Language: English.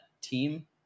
team